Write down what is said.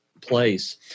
place